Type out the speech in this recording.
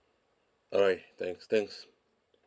alright thanks thanks